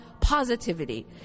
positivity